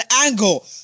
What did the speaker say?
angle